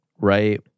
right